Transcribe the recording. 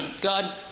God